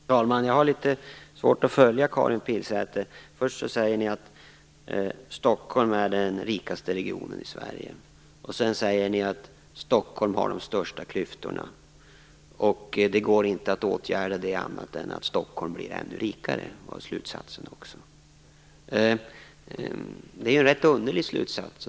Fru talman! Jag har litet svårt att följa Karin Pilsäters resonemang. Först säger ni att Stockholm är den rikaste regionen i Sverige. Sedan säger ni att Stockholm har de största klyftorna. Slutsatsen var att det inte går att åtgärda annat än genom att Stockholm blir ännu rikare. Det är en rätt underlig slutsats.